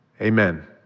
amen